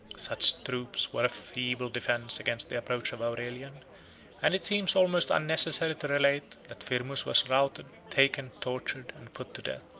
such troops were a feeble defence against the approach of aurelian and it seems almost unnecessary to relate, that firmus was routed, taken, tortured, and put to death.